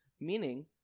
meaning